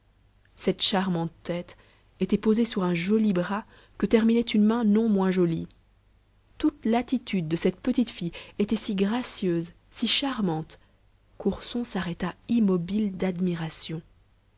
cette charmante tête était posée sur un joli bras que terminait une main non moins jolie toute l'attitude de cette petite fille était si gracieuse si charmante qu'ourson s'arrêta immobile d'admiration